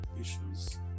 issues